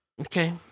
Okay